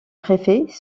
préfets